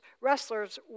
wrestlers